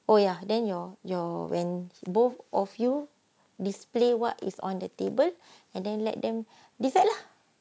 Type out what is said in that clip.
oh ya then your your when both of you display what is on the table and then let them decide lah